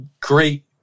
great